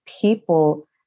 people